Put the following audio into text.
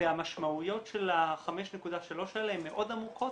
והמשמעויות של ה-5.3 האלה הן מאוד עמוקות,